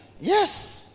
Yes